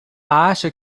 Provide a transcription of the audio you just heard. acha